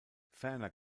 ferner